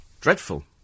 Dreadful